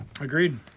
Agreed